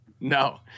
No